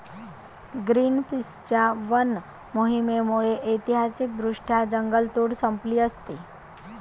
ग्रीनपीसच्या वन मोहिमेमुळे ऐतिहासिकदृष्ट्या जंगलतोड संपली असती